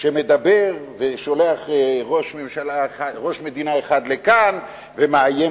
שמדבר ושולח ראש מדינה אחד לכאן ומאיים